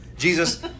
jesus